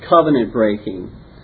covenant-breaking